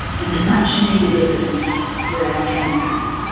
and much-needed evidence for our campaign.